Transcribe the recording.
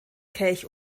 kelch